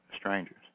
strangers